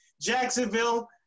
Jacksonville –